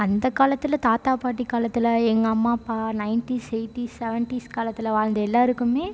அந்த காலத்தில் தாத்தா பாட்டி காலத்தில் எங்கள் அம்மா அப்பா நைன்டீஸ் எய்டீஸ் செவன்டீஸ் காலத்தில் வாழ்ந்த எல்லோருக்குமே